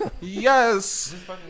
yes